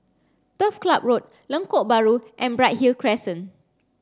Turf Club Road Lengkok Bahru and Bright Hill Crescent